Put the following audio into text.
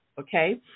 okay